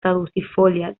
caducifolia